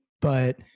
but-